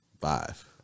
Five